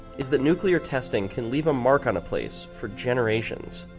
is that nuclear testing can leave a mark on a place for generations.